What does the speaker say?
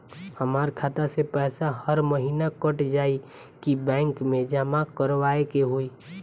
हमार खाता से पैसा हर महीना कट जायी की बैंक मे जमा करवाए के होई?